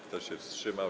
Kto się wstrzymał?